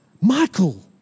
Michael